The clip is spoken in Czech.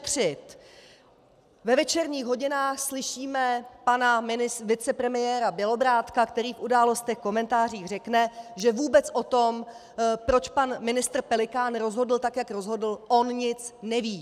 Ve večerních hodinách slyšíme pana vicepremiéra Bělobrádka, který v Událostech, komentářích řekne, že vůbec o tom, proč pan ministr Pelikán rozhodl tak, jak rozhodl, on nic neví.